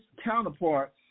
counterparts